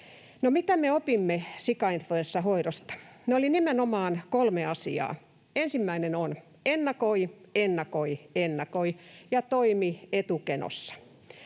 mitä me opimme sikainfluenssan hoidosta? Ne olivat nimenomaan kolme asiaa. Ensimmäinen oli: ennakoi, ennakoi, ennakoi ja toimi etukenossa.